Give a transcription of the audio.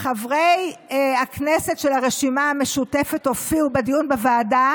חברי הכנסת של הרשימה המשותפת הופיעו בדיון בוועדה